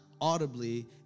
audibly